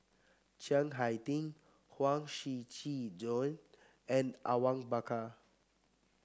Chiang Hai Ding Huang Shiqi Joan and Awang Bakar